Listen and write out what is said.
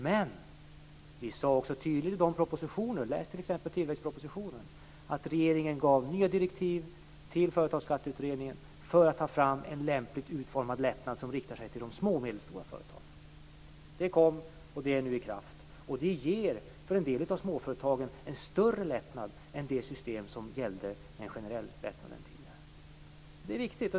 Men vi sade också tydligt i propositioner - läs t.ex. tillväxtpropositionen - att regeringen gav nya direktiv till Företagsskatteutredningen om att ta fram en lämpligt utformad lättnad som riktade sig till de små medelstora företagen. Det kom, och det är nu i kraft. För en del av småföretagen ger det en större lättnad än det system med generell lättnad som gällde tidigare. Det är viktigt.